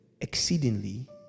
exceedingly